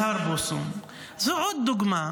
השר בוסו, זו עוד דוגמה.